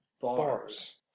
Bars